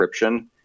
encryption